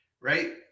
Right